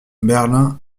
berlin